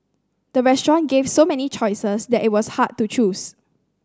the restaurant gave so many choices that it was hard to choose